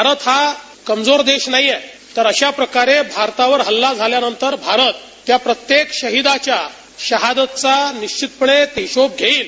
भारत हा कमजोर देश नाही तर अशा प्रकारे भारतावर हल्ला झाल्यानंतर भारत त्या प्रत्येक शहिदाच्या शाहदचा निश्वितपणे हिशोब घेईल